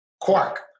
quark